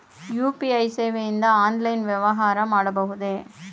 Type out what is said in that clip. UPI ಸೇವೆಯಿಂದ online ವ್ಯವಹಾರ ಮಾಡಬಹುದೇ?